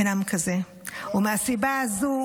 אין עם כזה, ומהסיבה הזו